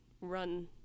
run